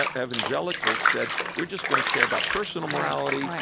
ah evangelicals said, we're just going to care about personal morality, right,